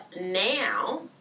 now